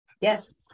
Yes